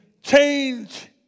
change